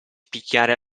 picchiare